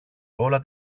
όλα